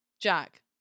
Jack